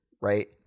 right